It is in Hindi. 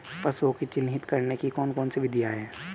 पशुओं को चिन्हित करने की कौन कौन सी विधियां हैं?